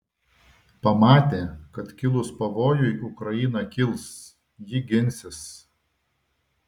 pamatė kad kilus pavojui ukraina kils ji ginsis